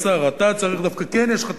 אדוני השר, אתה צריך, דווקא כן יש לך תפקיד.